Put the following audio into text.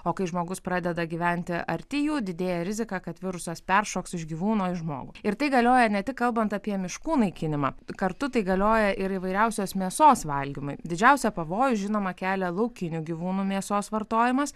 o kai žmogus pradeda gyventi arti jų didėja rizika kad virusas peršoks už gyvūno į žmogų ir tai galioja ne tik kalbant apie miškų naikinimą kartu tai galioja ir įvairiausios mėsos valgymui didžiausią pavojų žinoma kelia laukinių gyvūnų mėsos vartojimas